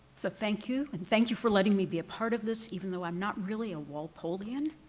so thank you and thank you for letting me be a part of this even though i'm not really a walpoleian.